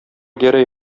гәрәй